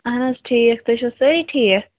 اَہَن حظ ٹھیٖک تُہۍ چھُوا سٲری ٹھیٖک